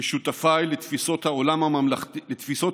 כשותפיי לתפיסות העולם,